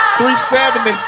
370